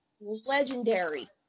legendary